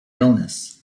illness